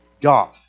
God